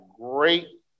great